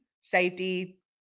Safety